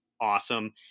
awesome